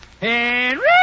Henry